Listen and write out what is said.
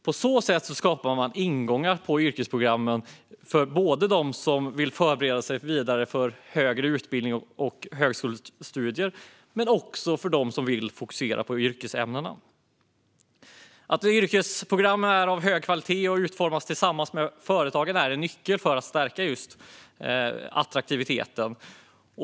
På så sätt skapar man ingångar till yrkesprogrammen både för dem som vill förbereda sig vidare för högre utbildning och högskolestudier och för dem som vill fokusera på yrkesämnena. Att yrkesprogrammen är av hög kvalitet och utformas tillsammans med företagen är en nyckel i att stärka attraktiviteten.